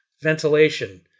ventilation